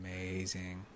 amazing